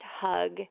hug